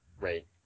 Right